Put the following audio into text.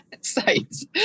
sites